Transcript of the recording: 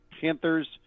Panthers